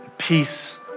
Peace